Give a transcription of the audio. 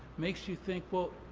makes you think, well,